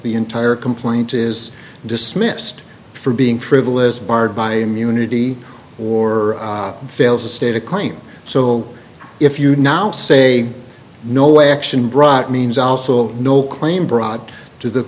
the entire complaint is dismissed for being frivolous barred by immunity or fails to state a claim so if you now say no action brought means also no claim brought to the